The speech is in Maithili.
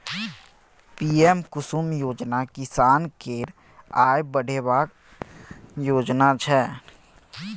पीएम कुसुम योजना किसान केर आय बढ़ेबाक योजना छै